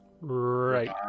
Right